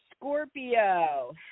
Scorpio